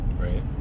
Right